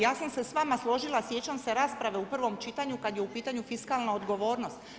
Ja sam se sa vama složila, sjećam se rasprave u prvom čitanju kada je u pitanju fiskalna odgovornost.